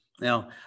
Now